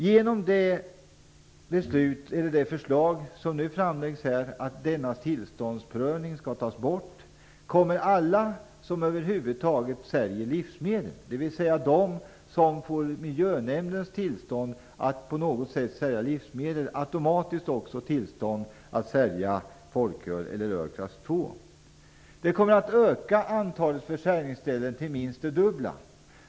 Genom det förslag som nu framläggs - att denna tillståndsprövning skall tas bort - kommer alla som över huvud taget säljer livsmedel, dvs. de som får miljönämndens tillstånd att på något sätt sälja livsmedel, automatiskt att också få tillstånd att sälja folköl eller öl klass 2. Det kommer att öka antalet försäljningsställen till minst det dubbla.